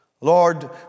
Lord